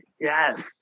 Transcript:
Yes